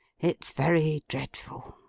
it's very dreadful